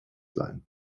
sein